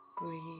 Breathe